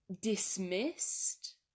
dismissed